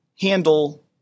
handle